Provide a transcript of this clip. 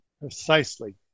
Precisely